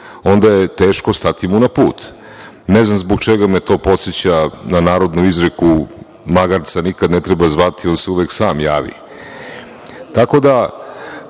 onda je teško stati mu na put. Ne znam zbog čega me to podseća na narodnu izreku „magarca nikad ne treba zvati, on se uvek sam javi“.Tako da